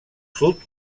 sud